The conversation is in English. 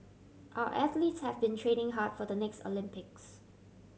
our athletes have been training hard for the next Olympics